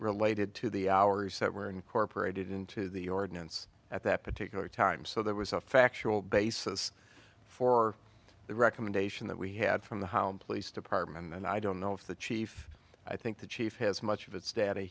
related to the hours that were incorporated into the ordinance at that particular time so there was a factual basis for the recommendation that we had from the hound police department and i don't know if the chief i think the chief has much of its da